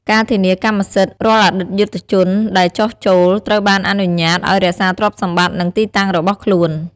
ការធានាកម្មសិទ្ធិ រាល់អតីតយុទ្ធជនដែលចុះចូល ត្រូវបានអនុញ្ញាតឱ្យរក្សាទ្រព្យសម្បត្តិ និងទីតាំងរបស់ខ្លួន។